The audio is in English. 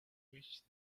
wish